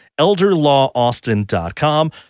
Elderlawaustin.com